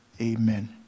Amen